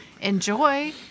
Enjoy